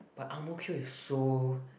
but Ang-Mo-Kio is so